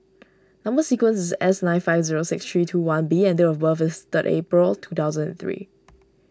Number Sequence is S nine five zero six three two one B and date of birth is third April two thousand and three